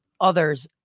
others